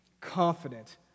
Confident